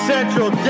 Central